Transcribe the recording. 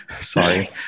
sorry